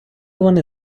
вони